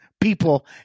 people